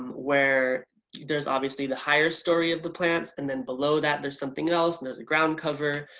where there's obviously the higher story of the plants and then below that there's something else and there's a ground cover.